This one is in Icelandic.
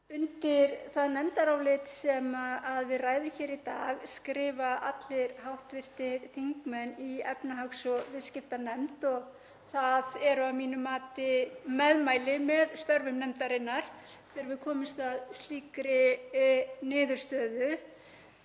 Undir það nefndarálit sem við ræðum hér í dag skrifa allir hv. þingmenn í efnahags- og viðskiptanefnd og það eru að mínu mati meðmæli með störfum nefndarinnar þegar við komumst að slíkri niðurstöðu.